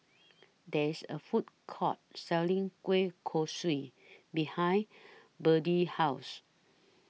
There IS A Food Court Selling Kueh Kosui behind Birdie's House